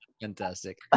fantastic